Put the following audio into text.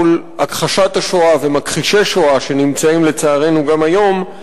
מול הכחשת השואה ומכחישי השואה שנמצאים לצערנו גם היום,